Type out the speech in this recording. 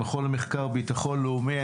ממכון למחקר ביטחון לאומי,